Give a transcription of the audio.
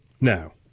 Now